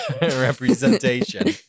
representation